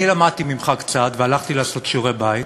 אני למדתי ממך קצת והלכתי לעשות שיעורי-בית,